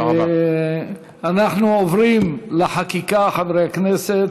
אנחנו עוברים לחקיקה, חברי הכנסת.